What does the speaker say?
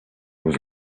was